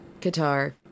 Qatar